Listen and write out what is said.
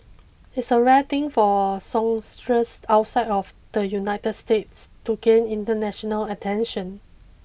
it's a rare thing for songstress outside of the United States to gain international attention